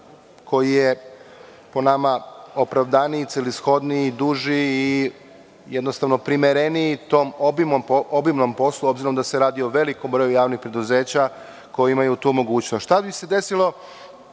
koji je po nama opravdaniji, celishodniji, duži i jednostavno primereniji tom obimnom poslu, obzirom da se radi o velikom broju javnih preduzeća, koja imaju tu mogućnost. Šta bi se desilo,